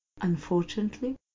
Unfortunately